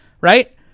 right